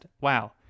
wow